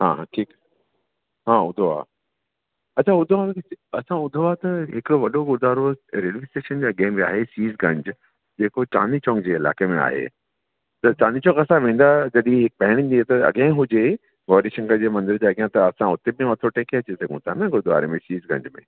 हा हा ठीकु आहे हा हूंदो आहे अच्छा हुतां असां ॿुधो आहे त हिकु वॾो गुरुद्वारो आहे रेलवे स्टेशन जे अॻे बि आहे शीश गंज जेको चांदनी चौक जे इलाइक़े में आहे त चांदनी चौक असां वेंदा जॾहिं पहिरीं जे त अॻियां ई हुजे गौरी शंकर जे मंदर जे अॻियां त असां हुते बि मथां टेके अची सघूं था त न गुरुद्वारे में शीश गंज में